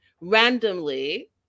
randomly